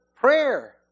prayer